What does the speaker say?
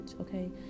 okay